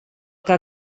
que